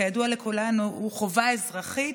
כידוע לכולנו, הוא חובה אזרחית